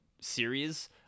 series